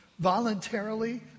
voluntarily